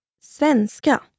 Svenska